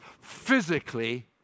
physically